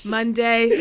Monday